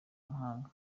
mahanga